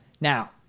Now